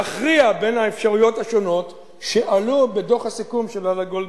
להכריע בין האפשרויות השונות שעלו בדוח הסיכום של ועדת-גולדברג.